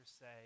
say